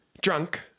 drunk